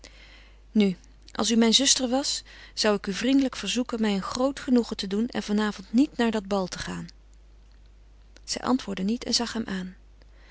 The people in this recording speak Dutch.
nu als u mijn zuster was zou ik u vriendelijk verzoeken mij een groot genoegen te doen en van avond niet naar dat bal te gaan zij antwoordde niet en zag hem aan